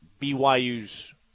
BYU's